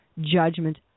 judgment